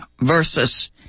versus